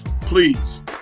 please